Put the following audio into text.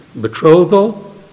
betrothal